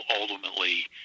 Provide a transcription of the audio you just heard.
ultimately –